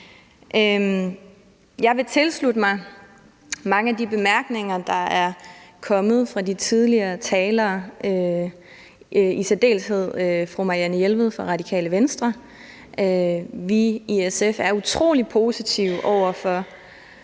Jeg vil tilslutte mig mange af de bemærkninger, der er kommet fra de tidligere talere, i særdeleshed fru Marianne Jelved fra Radikale Venstre. Vi i SF er utrolig positive over for